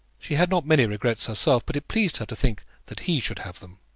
she had not many regrets herself, but it pleased her to think that he should have them.